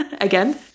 again